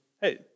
hey